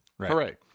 Hooray